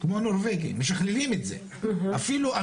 כמו נורבגים, משכללים את זה.